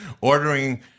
ordering